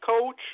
coach